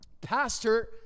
Pastor